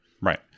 Right